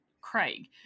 Craig